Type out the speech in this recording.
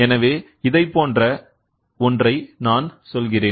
எனவே இதைப் போன்ற ஒன்றை நான் சொல்கிறேன்